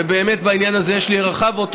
ובאמת, בעניין הזה יש לי הערכה.